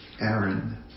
Aaron